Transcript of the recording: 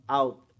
out